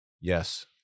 Yes